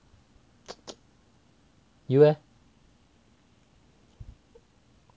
you eh